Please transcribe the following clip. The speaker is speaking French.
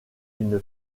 une